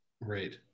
Right